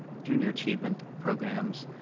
junior achievement programs.